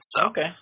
Okay